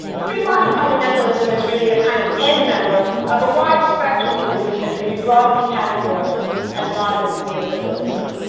free market fundamentalism is really a kind of end member of a wide spectrum of beliefs that can be broadly categorised as modern neoliberalism.